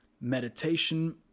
meditation